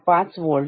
5 volt